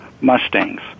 Mustangs